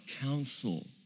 counsel